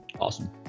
Awesome